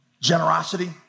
generosity